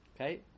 Okay